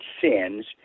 sins